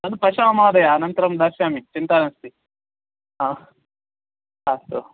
तद् पश्यामः महोदय अनन्तरं दर्शयामि चिन्ता नास्ति हा अस्तु